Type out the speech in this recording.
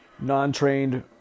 non-trained